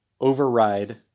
override